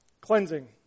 Cleansing